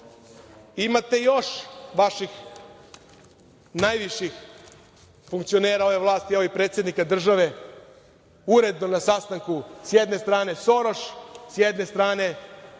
Imate još vaših najviših funkcionera ove vlasti i predsednika države, uredno na sastanku, sa jedne strane Soroš, s jedne strane, ko,